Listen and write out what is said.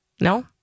No